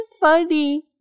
funny